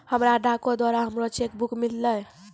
हमरा डाको के द्वारा हमरो चेक बुक मिललै